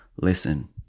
Listen